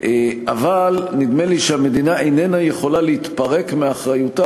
אבל נדמה לי שהמדינה איננה יכולה להתפרק מאחריותה